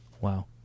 Wow